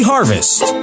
Harvest